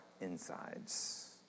insides